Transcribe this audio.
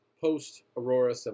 post-Aurora